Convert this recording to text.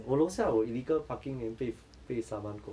我楼下我 illegal parking then 被被 summon 过